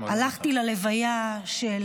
הלכתי ללוויה של